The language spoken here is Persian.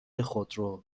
خودرو